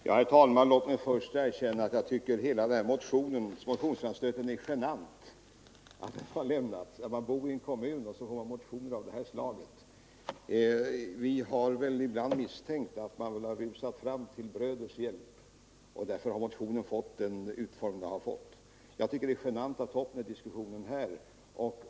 Herr talman! Låt mig först säga att jag tycker att hela denna motionsframstöt är genant. Det känns-genant att få motioner av det här slaget om den kommun man bor i. Vi har väl ibland misstänkt att motionens utformning har påverkats av att motionärerna velat rusa till bröders hjälp. Jag tycker att det är genant att ta upp denna diskussion här.